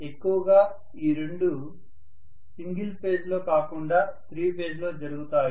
ఎక్కువగా ఈ రెండు సింగిల్ ఫేజ్ లో కాకుండా త్రీ ఫేజ్ లో జరుగుతాయి